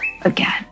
again